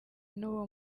n’uwo